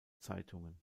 zeitungen